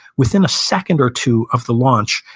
within a second or two of the launch,